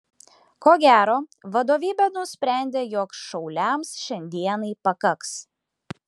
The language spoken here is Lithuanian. ko gero vadovybė nusprendė jog šauliams šiandienai pakaks